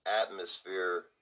atmosphere